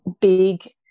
big